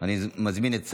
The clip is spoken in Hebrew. של חברת הכנסת מירב בן ארי,